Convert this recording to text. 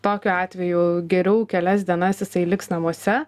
tokiu atveju geriau kelias dienas jisai liks namuose